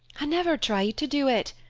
i never tried to do it.